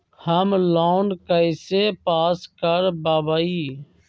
Home loan कैसे pass कर बाबई?